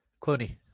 Clooney